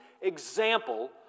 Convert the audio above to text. example